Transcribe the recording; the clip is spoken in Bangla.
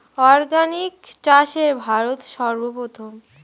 অর্গানিক চাষে ভারত সর্বপ্রথম